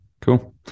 cool